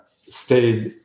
stayed